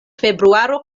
februaro